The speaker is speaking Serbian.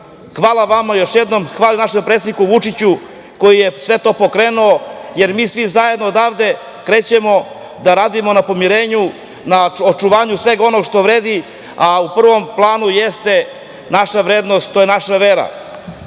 Hvala vama još jednom. Hvala predsedniku Vučiću koji je sve to pokrenuo, jer mi svi zajedno odavde krećemo da radimo na pomirenju, na očuvanju svega onoga što vredi, a u prvom planu jeste naša vrednost, to je naša